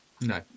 No